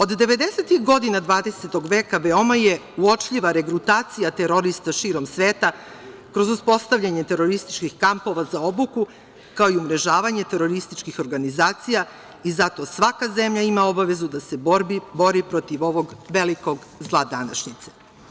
Od devedesetih godina dvadesetog veka veoma je uočljiva regrutacija terorista širom sveta kroz uspostavljanje terorističkih kampova za obuku, kao i umrežavanje terorističkih organizacija, i zato svaka zemlja ima obaveza da se bori protiv ovog velikog zla današnjice.